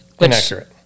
Inaccurate